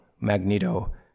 Magneto